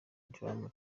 drama